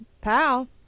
pal